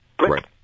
Right